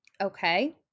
Okay